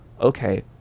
okay